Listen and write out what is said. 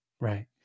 Right